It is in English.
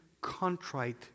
contrite